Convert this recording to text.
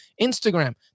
Instagram